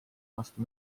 aasta